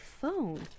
phone